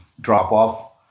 drop-off